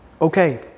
Okay